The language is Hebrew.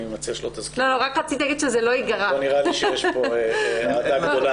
לא נראה שיש לה פה אהדה גדולה.